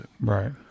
Right